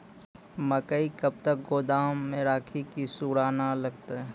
मकई कब तक गोदाम राखि की सूड़ा न लगता?